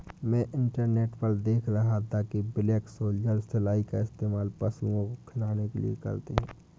मैं इंटरनेट पर देख रहा था कि ब्लैक सोल्जर सिलाई का इस्तेमाल पशुओं को खिलाने के लिए करते हैं